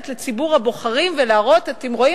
לציבור הבוחרים ולהראות: אתם רואים,